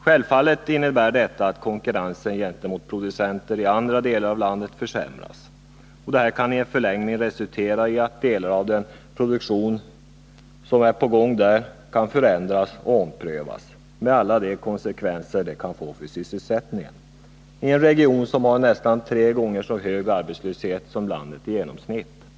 Självfallet innebär detta att konkurrensen gentemot producenter i andra delar av landet försämras, vilket i förlängningen kan resultera i att delar av produktionen kan ändras och omprövas med alla de konsekvenser som det kan få för sysselsättningen. Det gäller en region som har nästan tre gånger större arbetslöshet än vad som motsvarar genomsnittet i landet.